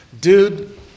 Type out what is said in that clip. Dude